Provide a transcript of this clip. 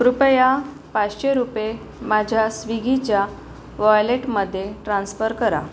कृपया पाचशे रुपये माझ्या स्विगीच्या वॉयलेटमध्ये ट्रान्स्फर करा